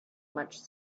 much